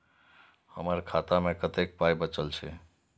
हमर खाता मे कतैक पाय बचल छै